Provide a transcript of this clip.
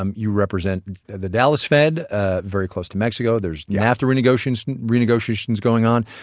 um you represent the dallas fed, ah very close to mexico, there's nafta renegotiations renegotiations going on,